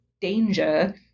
danger